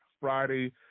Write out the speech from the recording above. Friday